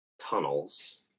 tunnels